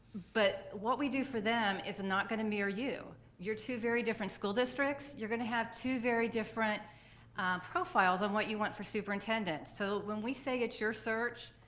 but what we do for them is not going to mirror you. you're two very different school districts, you're gonna have two very different profiles on what you want for superintendents, so when we say it's your search,